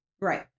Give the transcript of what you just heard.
Right